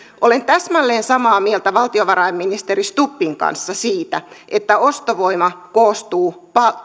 olen täsmälleen samaa mieltä valtiovarainministeri stubbin kanssa siitä että ostovoima koostuu